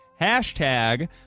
Hashtag